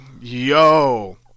Yo